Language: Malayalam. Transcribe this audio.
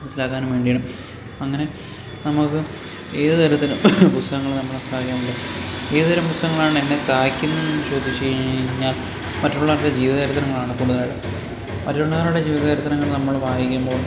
മനസ്സിലാക്കാനും വേണ്ടിയാണ് അങ്ങനെ നമ്മള്ക്ക് ഏതു തരത്തില് പുസ്തകങ്ങള് നമ്മളെ സഹായിക്കാമെങ്കിലും ഏതു തരം പുസ്തകങ്ങളാണ് എന്നെ സഹായിക്കുന്നേന്ന് ചോദിച്ചു കഴിഞ്ഞു കഴിഞ്ഞാൽ മറ്റുള്ളവരുടെ ജീവിത ചരിത്രങ്ങളാണ് കൂടുതലായിട്ട് മറ്റുള്ളവരുടെ ജീവിത ചരിത്രങ്ങൾ നമ്മൾ വായിക്കുമ്പോൾ